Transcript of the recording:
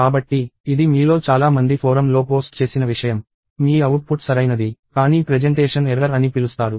కాబట్టి ఇది మీలో చాలా మంది ఫోరమ్లో పోస్ట్ చేసిన విషయం మీ అవుట్పుట్ సరైనది కానీ ప్రెజెంటేషన్ ఎర్రర్ అని పిలుస్తారు